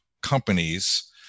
companies